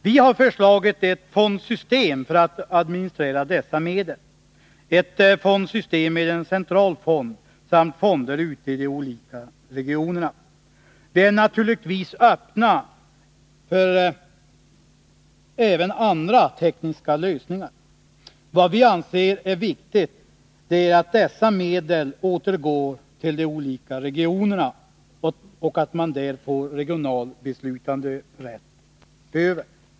Vi har föreslagit ett fondsystem för att administrera dessa medel, ett fondsystem med en central fond samt fonder ute i de olika regionerna. Vi är naturligtvis öppna även för andra tekniska lösningar. Vad vi anser viktigt är emellertid att dessa medel återgår till de olika regionerna och att man där får regional beslutanderätt över dem.